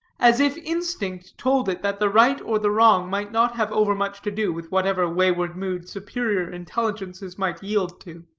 as if instinct told it that the right or the wrong might not have overmuch to do with whatever wayward mood superior intelligences might yield to.